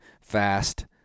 fast